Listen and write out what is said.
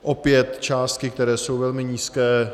Opět částky, které jsou velmi nízké.